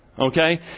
Okay